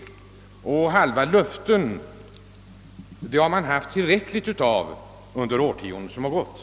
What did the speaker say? Tillräckligt många halva löften har givits under det årtionde som gått. en aktiv lokaliseringspolitik